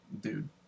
dude